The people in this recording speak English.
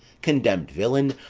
condemned villain,